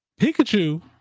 Pikachu